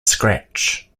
scratch